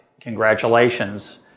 congratulations